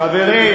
חברים,